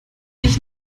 dich